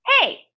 hey